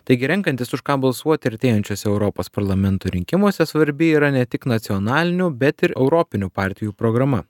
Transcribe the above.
taigi renkantis už ką balsuoti artėjančiuose europos parlamento rinkimuose svarbi yra ne tik nacionalinių bet ir europinių partijų programa